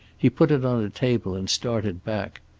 he put it on a table and started back.